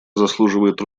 заслуживает